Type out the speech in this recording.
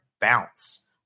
Bounce